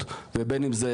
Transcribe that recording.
בין אם זה